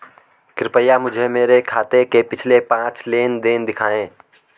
कृपया मुझे मेरे खाते के पिछले पांच लेन देन दिखाएं